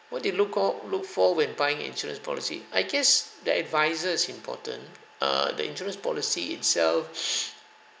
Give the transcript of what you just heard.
what do you look ko~ look for when buying insurance policy I guess the advisor is important err the insurance policy itself